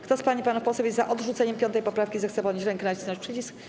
Kto z pań i panów posłów jest za odrzuceniem 5. poprawki, zechce podnieść rękę i nacisnąć przycisk.